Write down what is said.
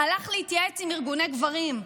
הלך להתייעץ עם ארגוני גברים.